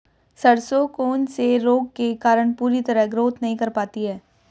सरसों कौन से रोग के कारण पूरी तरह ग्रोथ नहीं कर पाती है?